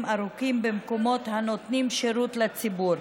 ארוכים במקומות הנותנים שירות לציבור.